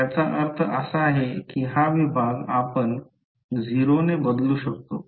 याचा अर्थ असा आहे की हा विभाग आपण 0 ने बदलू शकतो